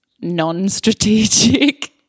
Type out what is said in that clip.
non-strategic